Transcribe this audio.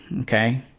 okay